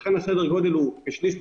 לכן סדר הגודל הוא כשליש,